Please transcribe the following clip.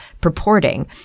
purporting